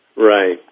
Right